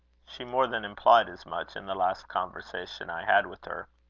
she more than implied as much in the last conversation i had with her.